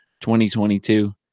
2022